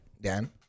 Dan